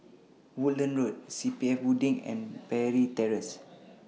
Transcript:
Woodlands Road C P F Building and Parry Terrace